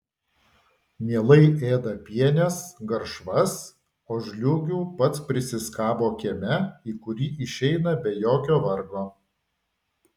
mielai ėda pienes garšvas o žliūgių pats prisiskabo kieme į kurį išeina be jokio vargo